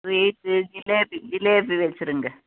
sweet jalebi jalebi வெச்சுருங்க